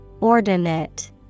Ordinate